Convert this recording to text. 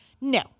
no